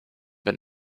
but